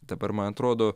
dabar man atrodo